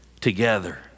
together